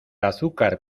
azúcar